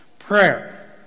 Prayer